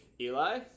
Eli